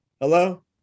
Hello